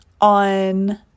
on